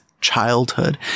childhood